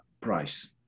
price